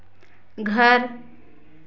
घर